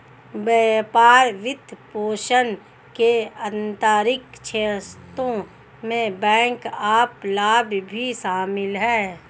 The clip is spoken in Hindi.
व्यापार वित्तपोषण के आंतरिक स्रोतों में बैकअप लाभ भी शामिल हैं